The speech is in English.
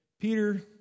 Peter